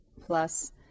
plus